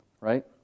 Right